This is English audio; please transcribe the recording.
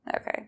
Okay